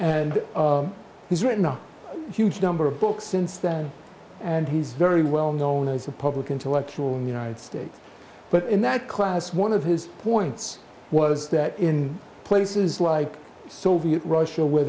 and he's written a huge number of books since then and he's very well known as a public intellectual in the united states but in that class one of his points was that in places like soviet russia where